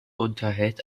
unterhält